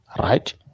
right